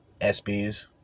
SBs